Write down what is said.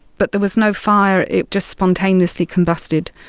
but there was no fire, it just spontaneously combusted.